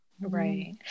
Right